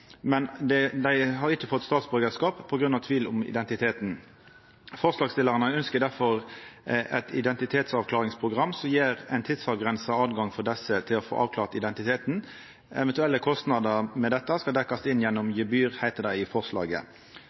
dei har ikkje fått statsborgarskap på grunn av tvil om identiteten. Forslagsstillarane ønskjer derfor eit identitetsavklaringsprogram som gjev eit tidsavgrensa høve for desse til å få avklart identiteten. Eventuelle kostnader med dette skal dekkjast inn gjennom gebyr, heiter det i forslaget.